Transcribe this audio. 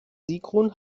sigrun